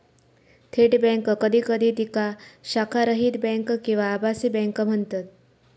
थेट बँक कधी कधी तिका शाखारहित बँक किंवा आभासी बँक म्हणतत